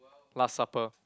last supper